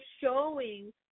showing